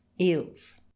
eels